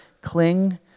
cling